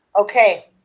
Okay